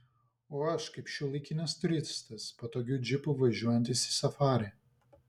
o aš kaip šiuolaikinis turistas patogiu džipu važiuojantis į safarį